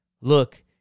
Look